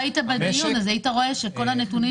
אם היית בדיון אז היית רואה שכל הנתונים